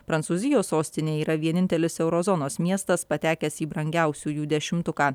prancūzijos sostinė yra vienintelis euro zonos miestas patekęs į brangiausiųjų dešimtuką